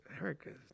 Eric